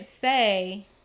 say